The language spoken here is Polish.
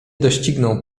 dościgną